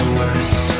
worse